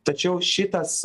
tačiau šitas